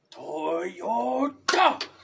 Toyota